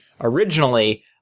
originally